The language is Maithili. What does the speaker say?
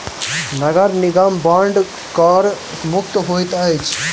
नगर निगम बांड कर मुक्त होइत अछि